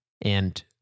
And-